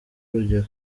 urugero